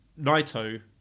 Naito